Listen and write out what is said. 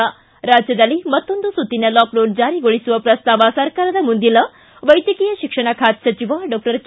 ಿ ರಾಜ್ಯದಲ್ಲಿ ಮತ್ತೊಂದು ಸುತ್ತಿನ ಲಾಕ್ಡೌನ್ ಜಾರಿಗೊಳಿಸುವ ಪ್ರಸ್ತಾವ ಸರ್ಕಾರದ ಮುಂದಿಲ್ಲ ವೈದ್ಯಕೀಯ ಶಿಕ್ಷಣ ಖಾತೆ ಸಚಿವ ಕೆ